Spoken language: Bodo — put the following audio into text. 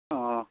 अह